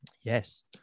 yes